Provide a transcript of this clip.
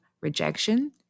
rejection